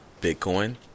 Bitcoin